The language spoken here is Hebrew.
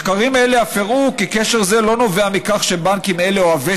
מחקרים אלה אף הראו כי קשר זה לא נובע מכך שבנקים אלה אוהבי